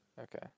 okay